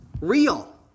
real